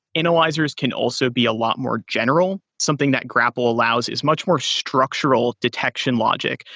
analyzers can also be a lot more general. something that grapl allows is much more structural detection logic.